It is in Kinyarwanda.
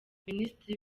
minisitiri